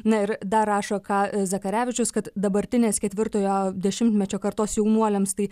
na ir dar rašo ką zakarevičius kad dabartinės ketvirtojo dešimtmečio kartos jaunuoliams tai